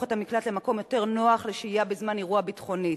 את המקלט למקום יותר נוח לשהייה בזמן אירוע ביטחוני.